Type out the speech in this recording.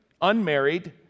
unmarried